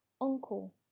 Uncle